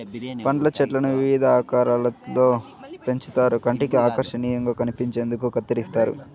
పండ్ల చెట్లను వివిధ ఆకారాలలో పెంచుతారు కంటికి ఆకర్శనీయంగా కనిపించేందుకు కత్తిరిస్తారు